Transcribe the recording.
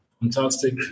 Fantastic